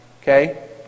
Okay